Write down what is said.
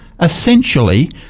essentially